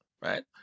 right